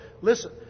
listen